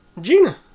Gina